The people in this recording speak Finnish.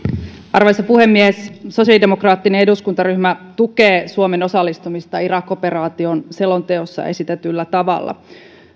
arvoisa puhemies sosiaalidemokraattinen eduskuntaryhmä tukee suomen osallistumista irak operaatioon selonteossa esitetyllä tavalla